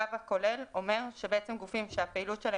הקו הכולל אומר שהנתונים של גופים שהפעילות שלהם